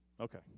Okay